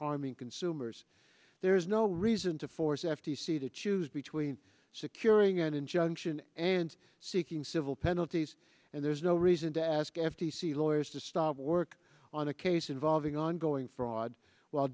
harming consumers there is no reason to force f t c to choose between securing an injunction and seeking civil penalties and there's no reason to ask f t c lawyers to stop work on a case involving ongoing fraud w